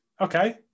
Okay